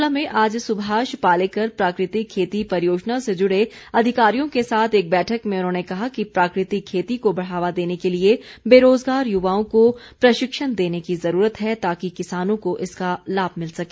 शिमला में आज सुभाष पालेकर प्राकृतिक खेती परियोजना से जुड़े अधिकारियों के साथ एक बैठक में उन्होंने कहा कि प्राकृतिक खेती को बढ़ावा देने के लिए बेरोजगार युवाओं को प्रशिक्षण देने की जरूरत है ताकि किसानों को इसका लाभ मिल सके